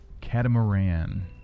Catamaran